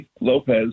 Lopez